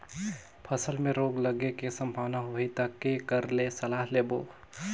फसल मे रोग लगे के संभावना होही ता के कर ले सलाह लेबो?